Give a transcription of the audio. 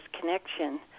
connection